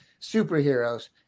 superheroes